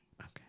Okay